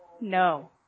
no